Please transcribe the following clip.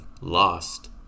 lost